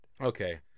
okay